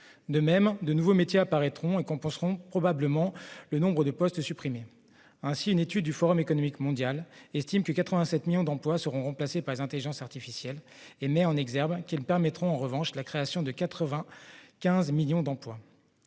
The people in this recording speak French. De même, de nouveaux métiers apparaîtront et compenseront probablement le nombre de postes supprimés. Si une étude du Forum économique mondial estime que 87 millions d'emplois seront remplacés par des intelligences artificielles, elle met en exergue que celles-ci permettront la création de 95 millions d'emplois.